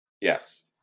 Yes